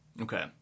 okay